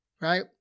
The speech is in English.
Right